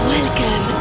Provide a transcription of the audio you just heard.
Welcome